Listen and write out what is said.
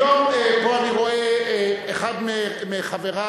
היום פה אני רואה את שני חברי,